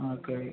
okay